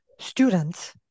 students